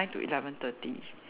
it's night to eleven thirty like